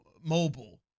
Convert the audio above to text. mobile